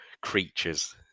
creatures